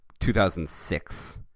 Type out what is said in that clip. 2006